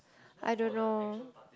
I don't know